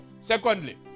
secondly